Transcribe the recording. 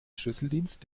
schlüsseldienst